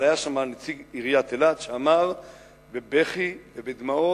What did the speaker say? אבל היה שם נציג עיריית אילת שאמר בבכי ובדמעות: